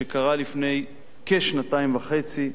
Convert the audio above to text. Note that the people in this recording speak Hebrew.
שקרה לפני כשנתיים וחצי,